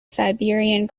siberian